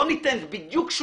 לא ניתן בדיוק,